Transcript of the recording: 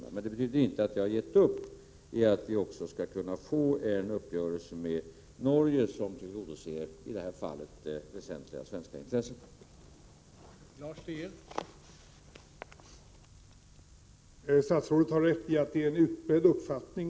Det betyder emellertid inte att vi har gett upp om att vi också skall kunna få en uppgörelse med Norge som tillgodoser väsentliga svenska intressen i detta fall.